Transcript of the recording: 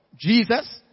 Jesus